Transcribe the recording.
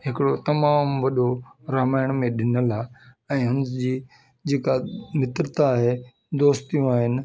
हिकिड़ो तमामु वॾो रामायण में ॾिनल आहे ऐं हुनजी जेका मित्रता आहे दोस्तियूं आहिनि